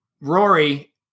Rory